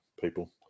people